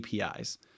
APIs